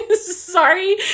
sorry